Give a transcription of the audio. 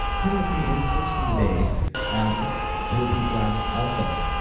here with me in person today at bulletproof labs alpha,